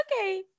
okay